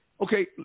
okay